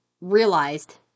realized